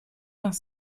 vingt